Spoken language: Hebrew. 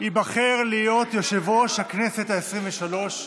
ייבחר להיות יושב-ראש הכנסת העשרים-ושלוש הקבוע.